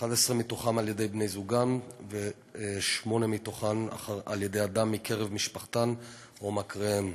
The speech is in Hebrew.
11 מהן בידי בני-זוגן ושמונה מהן בידי אדם מקרב משפחתן או מכריהן.